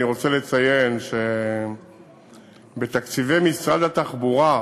אני רוצה לציין שבתקציבי משרד התחבורה,